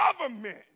government